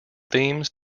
themes